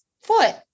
foot